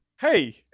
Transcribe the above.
Hey